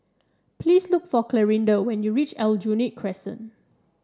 please look for Clarinda when you reach Aljunied Crescent